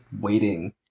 waiting